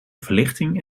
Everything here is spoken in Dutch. verlichting